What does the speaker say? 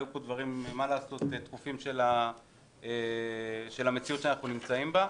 היו דברים דחופים של המציאות שאנחנו נמצאים בה.